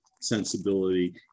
sensibility